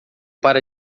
para